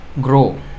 grow